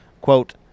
quote